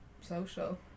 social